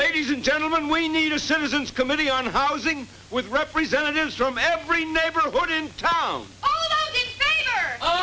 ladies and gentlemen we need a citizen's committee on housing with representatives from every neighborhood